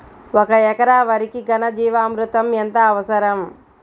ఒక ఎకరా వరికి ఘన జీవామృతం ఎంత అవసరం?